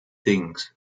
things